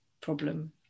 problem